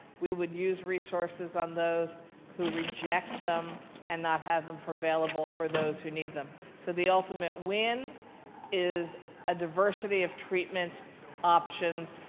we would use resources on those who reject them and not have them available for those who need them. so the ultimate win is a diversity of treatment options,